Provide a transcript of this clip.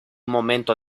momento